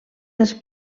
dels